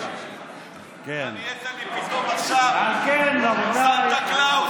נהיית לי פתאום סנטה קלאוס?